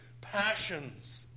passions